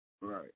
right